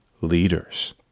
leaders